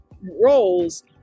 roles